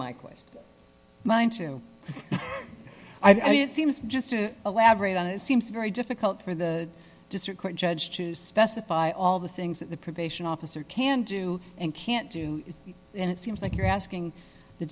question mine too i mean it seems just to elaborate on it seems very difficult for the district court judge to specify all the things that the probation officer can do and can't do and it seems like you're asking the